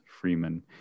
Freeman